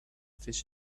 fish